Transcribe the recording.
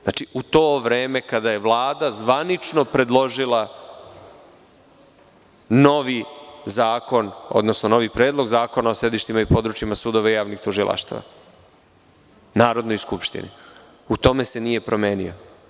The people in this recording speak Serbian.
Znači, u to vreme kada je Vlada zvanično predložila novi zakon, odnosno novi Predlog zakona o sedištima i područjima sudova i javnih tužilaštava Narodnoj skupštini, u tome se nije promenio.